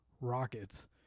rockets